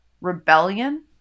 rebellion